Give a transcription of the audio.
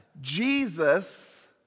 Jesus